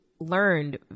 learned